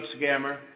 scammer